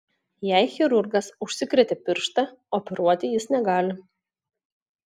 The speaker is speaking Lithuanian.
jei chirurgas užsikrėtė pirštą operuoti jis negali